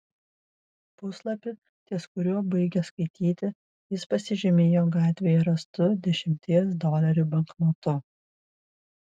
puslapį ties kuriuo baigė skaityti jis pasižymėjo gatvėje rastu dešimties dolerių banknotu